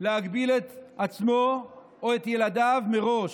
להגביל את עצמו או את ילדיו מראש.